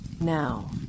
Now